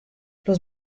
los